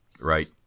Right